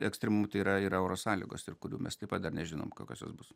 ekstremumų tai yra yra oro sąlygos ir kurių mes taip pat dar nežinom kokios jos bus